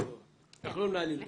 אנחנו לא מנהלים דו-שיח.